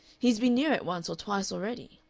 he's been near it once or twice already.